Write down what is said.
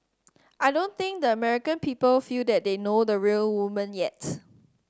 I don't think the American people feel that they know the real woman yet